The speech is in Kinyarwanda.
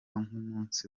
nk’umunsi